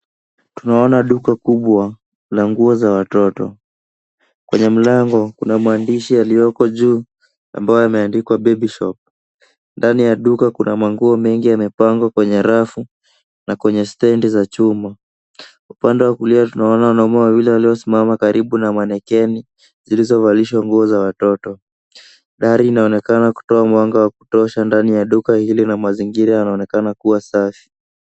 Tunaona duka kubwa la nguo za watoto. Kwenye mlango kuna maandishi yaliyoko juu ambayo yameandikwa babyshop .Ndani ya duka kuna manguo mengi yamepangwa kwenye rafu na kwenye stendi za chuma. Upande wa kulia tunaona wanaume wawili waliosimama karibu na manekeni zilizovalishwa nguo za watoto. Dari inaonekana kutoa mwanga wa kutosha ndani ya duka hili na mazingira yanaonekana kuwa safi.